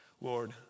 Lord